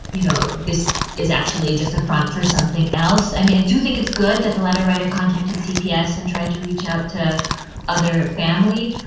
you know, this is actually just a front for something else. i mean, i do think it's good that the letter writer contacted cps and tried to reach out to other family.